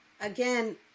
again